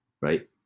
right